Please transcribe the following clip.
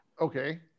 Okay